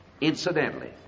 Incidentally